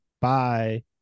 Bye